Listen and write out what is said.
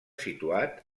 situat